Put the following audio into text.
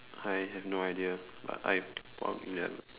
I have no idea but I